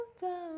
down